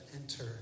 enter